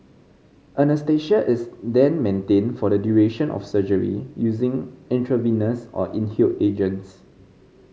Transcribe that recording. anaesthesia is then maintained for the duration of surgery using intravenous or inhaled agents